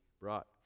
brought